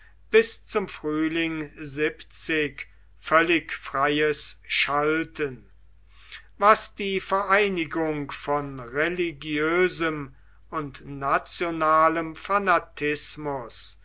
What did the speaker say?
bis zum frühling völlig freies schalten was die vereinigung von religiösem und nationalem fanatismus